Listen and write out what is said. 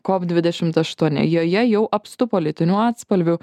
kop dvidešimt aštuoni joje jau apstu politinių atspalvių